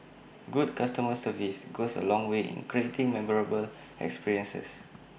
good customer service goes A long way in creating memorable experiences